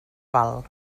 val